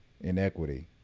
inequity